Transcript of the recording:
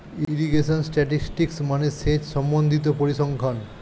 irrigation statistics মানে সেচ সম্বন্ধিত পরিসংখ্যান